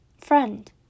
friend